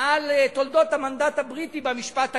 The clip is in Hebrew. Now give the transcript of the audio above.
על תולדות המנדט הבריטי במשפט העברי,